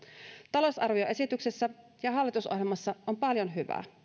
talousarvioesityksessä ja hallitusohjelmassa on paljon hyvää